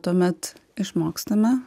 tuomet išmokstame